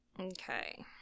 Okay